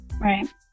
right